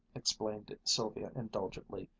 explained sylvia indulgently,